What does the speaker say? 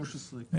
2015,